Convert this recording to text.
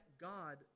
God